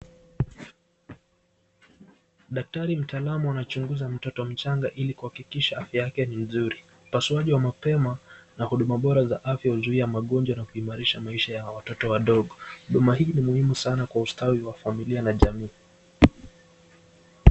Daktari mtaalamu anachunguza mtoto mchanga ili kuhakikisha yake ni mzuri. Upasuaji wa mapema na huduma bora za afya huzuia magonjwa na kuimarisha maisha ya watoto wadogo. Huduma hii ni muhimu kwa ustawi wa familia na jamii.